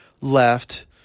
left